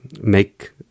make